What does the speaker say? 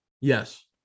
yes